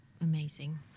amazing